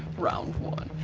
round one.